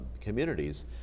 communities